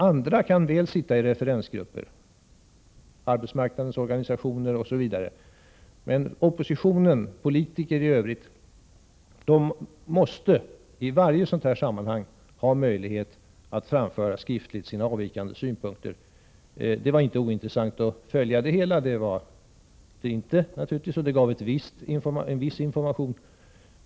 Andra, representanter för t.ex. arbetsmarknadens organisationer, kan väl sitta i utredningars referensgrupper, men oppositionen och politiker i övrigt måste i alla sådana här sammanhang ha möjlighet att skriftligen framföra sina avvikande åsikter. Det var naturligtvis inte ointressant att följa eko-kommissionens arbete, och det gav en viss information.